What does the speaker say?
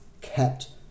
kept